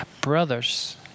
Brothers